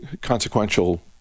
consequential